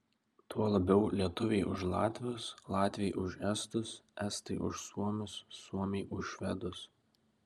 tuo labiau lietuviai už latvius latviai už estus estai už suomius suomiai už švedus